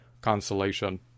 consolation